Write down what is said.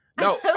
No